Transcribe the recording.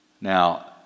Now